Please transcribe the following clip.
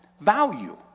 Value